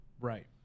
right